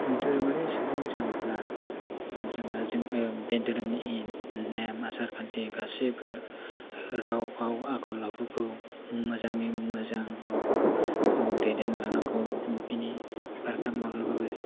धोरोमारि सुबुं जानोब्ला जों बे धोरोमनि नेम आसारखान्थि गासिबो राव फाव आखल आखुखौ मोजाङै मोजां गावखौ दैदेनलांनांगौ बेनि बारगा माब्लाबाबो